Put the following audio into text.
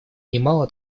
немало